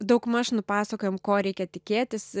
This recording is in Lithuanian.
daugmaž nupasakojam ko reikia tikėtis